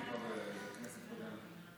הייתי כבר בכנסת הקודמת.